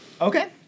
Okay